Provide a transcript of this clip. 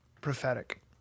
prophetic